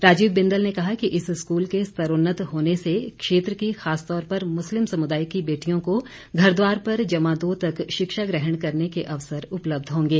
राजीव बिंदल ने कहा कि इस स्कूल के स्तरोन्नत होने से क्षेत्र की खासतौर पर मुस्लिम समुदाय की बेटियों को घर द्वार पर जमा दो तक शिक्षा ग्रहण करने के अवसर उपलब्ध होंगे